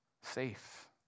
safe